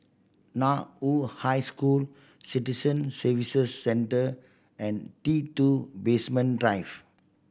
Nan woo High School Citizen Services Centre and T Two Basement Drive